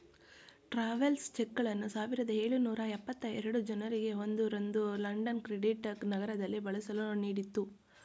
travels ಚೆಕ್ಗಳನ್ನು ಸಾವಿರದ ಎಳುನೂರ ಎಪ್ಪತ್ತ ಎರಡು ಜನವರಿ ಒಂದು ರಂದು ಲಂಡನ್ ಕ್ರೆಡಿಟ್ ನಗರದಲ್ಲಿ ಬಳಸಲು ನೀಡಿತ್ತು